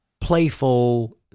playful